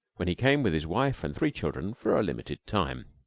when he came with his wife and three children for a limited time.